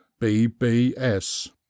BBS